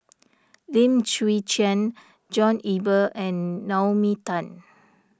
Lim Chwee Chian John Eber and Naomi Tan